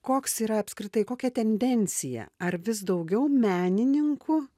koks yra apskritai kokia tendencija ar vis daugiau menininkų